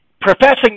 professing